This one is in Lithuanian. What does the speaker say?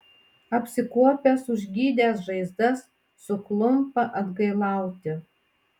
apsikuopęs užgydęs žaizdas suklumpa atgailauti